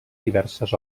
diverses